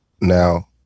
Now